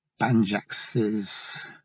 banjaxes